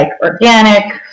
organic